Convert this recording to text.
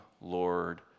Lord